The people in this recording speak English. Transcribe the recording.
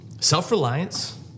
Self-reliance